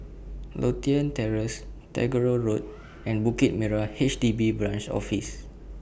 Lothian Terrace Tagore Road and Bukit Merah H D B Branch Office